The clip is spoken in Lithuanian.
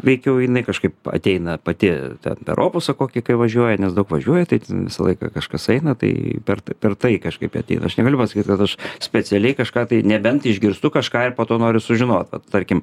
veikiau jinai kažkaip ateina pati ten per opusą kokį kai važiuoju nes daug važiuoju tai ten visą laiką kažkas eina tai per tai per tai kažkaip ateina aš negaliu pasakyti kad aš specialiai kažką tai nebent išgirstu kažką ir po to noriu sužinot tarkim